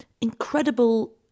incredible